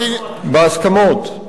בהסכמות.